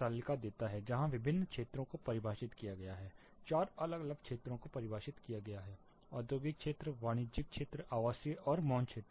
तालिका देता है जहां विभिन्न क्षेत्रों को परिभाषित किया गया है चार अलग अलग क्षेत्रों को परिभाषित किया गया है औद्योगिक क्षेत्र वाणिज्यिक आवासीय और मौन क्षेत्र